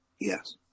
Yes